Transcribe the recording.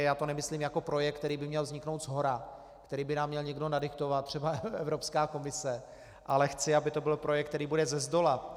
A to nemyslím jako projekt, který by měl vzniknout shora, který by nám měl někdo nadiktovat, třeba Evropská komise, ale chci, aby to byl projekt, který by byl zezdola.